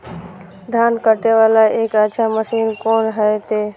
धान कटे वाला एक अच्छा मशीन कोन है ते?